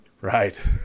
Right